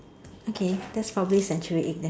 okay that's probably century egg then